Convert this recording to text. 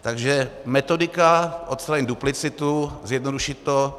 Takže metodika, odstranit duplicitu, zjednodušit to.